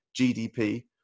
GDP